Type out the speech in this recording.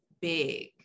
big